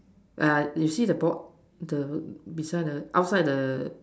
uh you see the board the beside the outside the